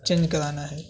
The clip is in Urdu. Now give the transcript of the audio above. چینج کرانا ہے